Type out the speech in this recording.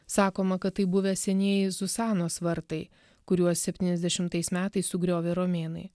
sakoma kad tai buvę senieji zuzanos vartai kuriuos septyniasdešimtais metais sugriovė romėnai